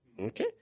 Okay